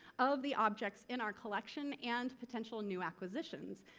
of the objects in our collection and potential new acquisitions.